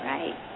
Right